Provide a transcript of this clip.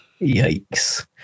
Yikes